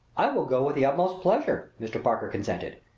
i will go with the utmost pleasure, mr. parker consented.